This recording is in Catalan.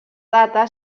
data